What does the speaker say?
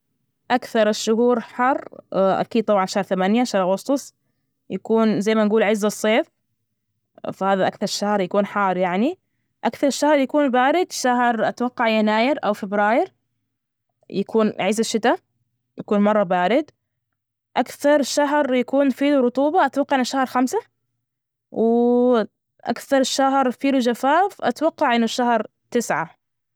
أكثر الشهور حر، أكيد طبعا شهر ثمانية شهر أغسطس يكون زي ما نجول عز الصيف، فهذا أكثر شهر يكون حار، يعني أكثر شهر يكون بارد شهر، أتوقع يناير أو فبراير. يكون عز الشتاء يكون مرة بارد أكثر شهر يكون فيه رطوبة، أتوقع إن شهر خمسة و أكثر الشهر فينه جفاف، أتوقع إنه شهر تسعة.